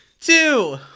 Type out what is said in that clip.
two